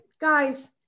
guys